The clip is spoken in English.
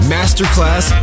Masterclass